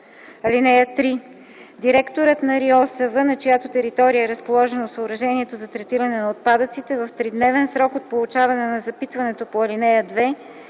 (3) Директорът на РИОСВ, на чиято територия е разположено съоръжението за третиране на отпадъците, в тридневен срок от получаване на запитването по ал. 2